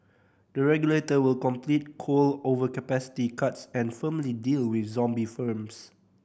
the regulator will complete coal overcapacity cuts and firmly deal with zombie firms